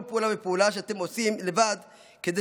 כל פעולה ופעולה שאתם עושים לבד כדי